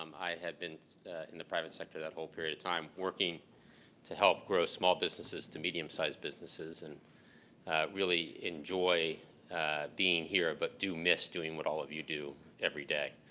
um i had been in the private sector that whole period of time working to help grow businesses to medium-sized businesses and really enjoy being here but do miss doing what all of you do everyday.